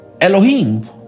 Elohim